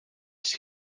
see